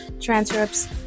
transcripts